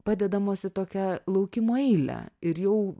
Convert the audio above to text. padedamos į tokią laukimo eilę ir jau